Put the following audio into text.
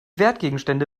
wertgegenstände